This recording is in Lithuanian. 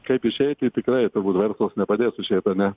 kaip išeiti tikrai turbūt verslas nepadės išeit ane